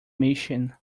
mission